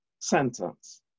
sentence